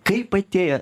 kaip atėję